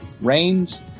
Rains